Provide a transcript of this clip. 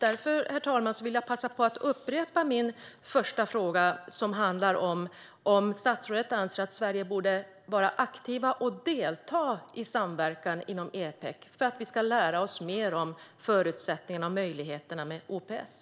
Därför upprepar jag, herr talman, min första fråga: Anser statsrådet att Sverige borde vara aktivt och delta i samverkan inom Epec för att vi ska lära oss mer om förutsättningarna och möjligheterna med OPS?